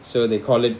so they call it